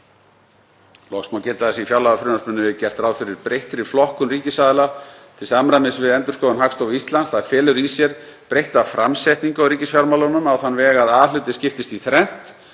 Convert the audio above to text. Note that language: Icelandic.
Loks má geta þess að í fjárlagafrumvarpinu er gert ráð fyrir breyttri flokkun ríkisaðila til samræmis við endurskoðun Hagstofu Íslands. Það felur í sér breytta framsetningu á ríkisfjármálunum á þann veg að A-hluti skiptist í þrennt: